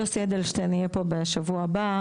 יוסי אדלשטיין יהיה פה בשבוע הבא,